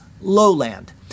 lowland